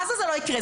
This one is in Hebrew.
מה זה לא יקרה?